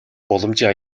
боломжийн